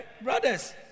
Brothers